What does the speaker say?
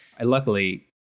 Luckily